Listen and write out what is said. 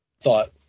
thought